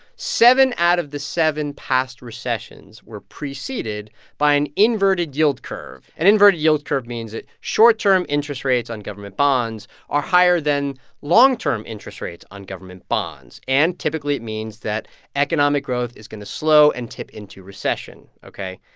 seven out of the seven past recessions were preceded by an inverted yield curve. an inverted yield curve means that short-term interest rates on government bonds are higher than long-term interest rates on government bonds. and typically, it means that economic growth is going to slow and tip into recession, ok?